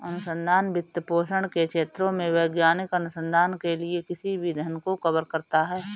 अनुसंधान वित्तपोषण के क्षेत्रों में वैज्ञानिक अनुसंधान के लिए किसी भी धन को कवर करता है